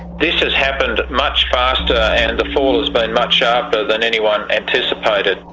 this has happened much faster and the fall has been much sharper than anyone anticipated.